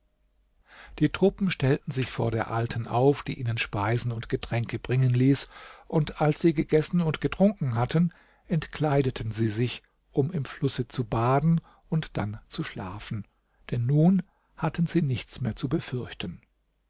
die truppen stellten sich vor der alten auf die ihnen speisen und getränke bringen ließ und als sie gegessen und getrunken hatten entkleideten sie sich um im flusse zu baden und dann zu schlafen denn nun hatten sie nichts mehr zu befürchten